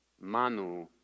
Manu